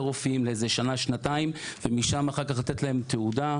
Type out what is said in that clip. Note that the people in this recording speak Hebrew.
רופא לשנה-שנתיים ומשם אחר כך לתת להם תעודה,